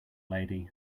lady